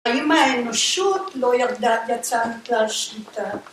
‫אם האנושות לא ירדה ‫ויצאה מכלל שליטה.